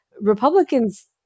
Republicans